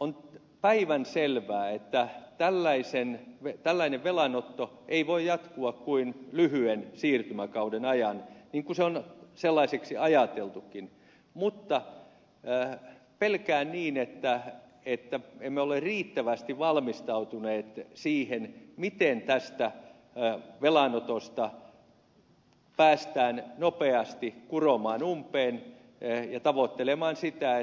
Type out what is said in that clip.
on päivänselvää että tällainen velanotto ei voi jatkua kuin lyhyen siirtymäkauden ajan niin kuin se on sellaiseksi ajateltukin mutta pelkään että emme ole riittävästi valmistautuneet siihen miten tätä velanottoa päästään nopeasti kuromaan umpeen ja tavoittelemaan sitä